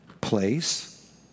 place